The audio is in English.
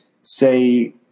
say